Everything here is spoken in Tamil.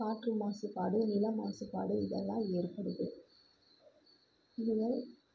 காற்று மாசுபாடு நிலம் மாசுபாடு இதெல்லாம் ஏற்படுது இதுவரை